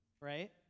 right